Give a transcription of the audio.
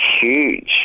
huge